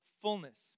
fullness